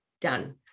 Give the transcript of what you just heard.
done